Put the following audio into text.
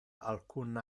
alcun